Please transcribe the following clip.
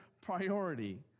priority